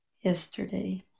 yesterday